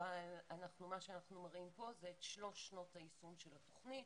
אבל מה שאנחנו מראים פה זה את שלוש שנות היישום של התכנית.